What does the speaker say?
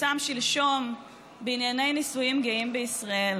(תיקון, הגבלת כהונה בשלטון המקומי),